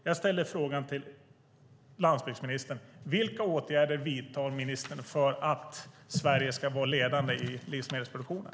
Jag ställer frågan till landsbygdsministern: Vilka åtgärder vidtar ministern för att Sverige ska vara ledande i livsmedelsproduktionen?